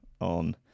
on